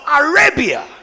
Arabia